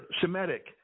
Semitic